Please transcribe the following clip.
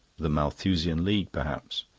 the malthusian league, perhaps.